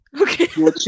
okay